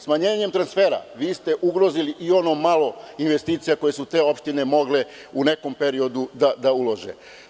Smanjenjem transfera vi ste ugrozili i ono malo investicija, koje su te opštine mogle u nekom periodu da ulože.